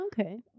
Okay